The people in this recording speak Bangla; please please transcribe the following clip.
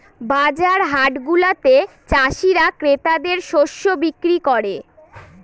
বাজার হাটগুলাতে চাষীরা ক্রেতাদের শস্য বিক্রি করে